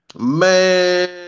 man